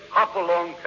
Hopalong